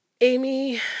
Amy